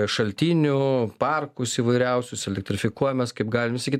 šaltinių parkus įvairiausius elektrifikuojamės kaip galima sakyt